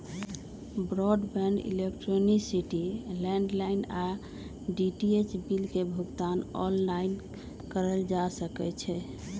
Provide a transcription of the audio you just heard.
broadband, electricity, landline आऽ DTH bill के भुगतान ऑनलाइन कएल जा सकइ छै